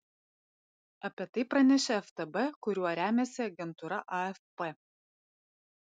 apie tai pranešė ftb kuriuo remiasi agentūra afp